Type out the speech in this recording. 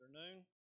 afternoon